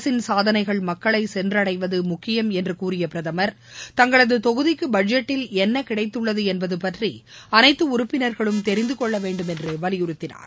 அரசின் சாதனைகள் மக்களை சென்றடைவது முக்கியம் என்று கூறிய பிரதமர் தங்களது தொகுதிக்கு பட்ஜெட்டில் என்ன கிடைத்தள்ளது என்பது பற்றி அனைத்து உறுப்பினர்களும் தெரிந்து கொள்ள வேண்டும் என்று வலியுறுத்தினார்